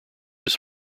his